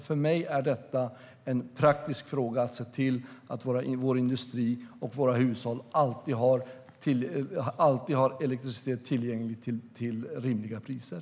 För mig är det en praktisk fråga att se till att vår industri och våra hushåll alltid har elektricitet tillgänglig till rimliga priser.